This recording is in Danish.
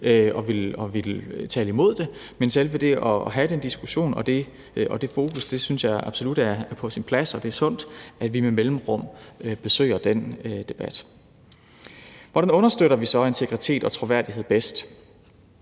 og vil tale imod det, men selve det at have den diskussion og det fokus synes jeg absolut er på sin plads, og det er sundt, at vi med mellemrum besøger den debat. Hvordan understøtter vi så integritet og troværdighed bedst?